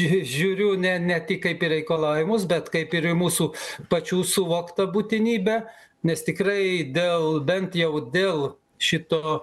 žiūriu ne ne tik kaip į reikalavimus bet kaip ir į mūsų pačių suvoktą būtinybę nes tikrai dėl bent jau dėl šito